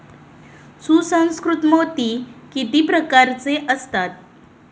सुसंस्कृत मोती किती प्रकारचे असतात?